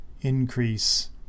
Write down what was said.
increase